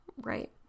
Right